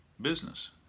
business